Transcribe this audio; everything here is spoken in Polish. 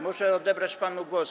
Muszę odebrać panu głos.